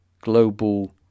global